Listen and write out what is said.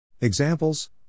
Examples